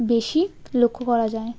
বেশি লক্ষ্য করা যায়